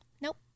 Nope